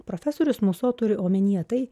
profesorius muso turi omenyje tai